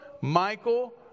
Michael